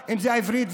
בעברית,